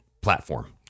platform